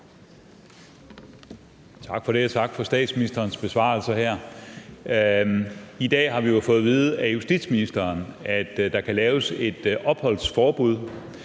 Tak for det, og tak for statsministerens besvarelse. I dag har vi jo fået at vide af justitsministeren, at der kan laves et opholdsforbud,